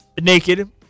naked